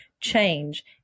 change